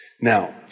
Now